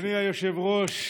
אדוני היושב-ראש,